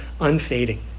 unfading